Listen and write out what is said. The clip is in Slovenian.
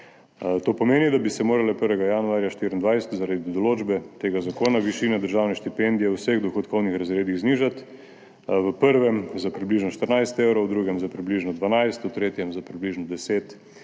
To pomeni, da bi se morala 1. januarja 2024 zaradi določbe tega zakona višina državne štipendije v vseh dohodkovnih razredih znižati. V prvem za približno 14 evrov, v drugem za približno 12 evrov, v tretjem za približno 10 evrov